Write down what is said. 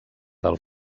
del